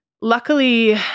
Luckily